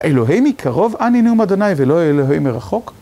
אלוהים מקרוב, אני נאום ה' ולא אלוהים מרחוק?